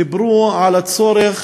דיברו על הצורך